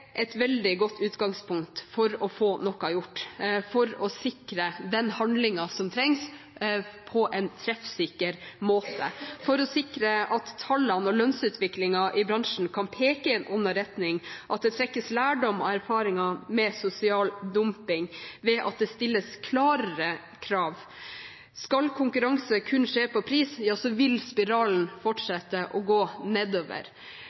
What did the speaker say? et veldig godt utgangspunkt for å få noe gjort, for å sikre den handlingen som trengs, på en treffsikker måte, for å sikre at tallene og lønnsutviklingen i bransjen kan peke i en annen retning, og at det trekkes lærdom av erfaringene med sosial dumping, ved at det stilles klarere krav. Skal konkurranse kun skje på pris, ja, så vil spiralen fortsette å gå nedover.